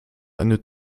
eine